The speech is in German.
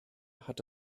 hat